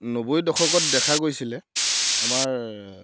নব্বৈ দশকত দেখা গৈছিলে আমাৰ